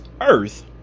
earth